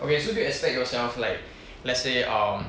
okay so do you expect yourself like let's say err